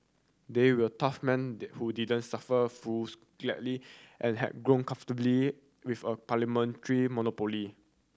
they were tough men who didn't suffer fools gladly and had grown comfortably with a parliamentary monopoly